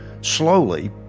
slowly